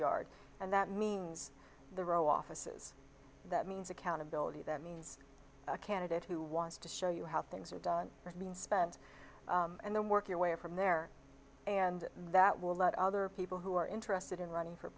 yard and that means the row offices that means accountability that means a candidate who wants to show you how things are done being spent and then work your way from there and that will let other people who are interested in running for